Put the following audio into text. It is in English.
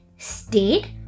stayed